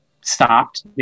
stopped